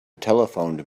telephoned